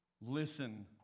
Listen